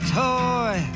toy